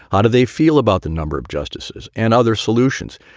how do they feel about the number of justices and other solutions?